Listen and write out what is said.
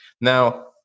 Now